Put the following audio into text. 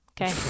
Okay